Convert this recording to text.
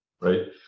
right